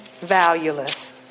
valueless